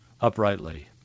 uprightly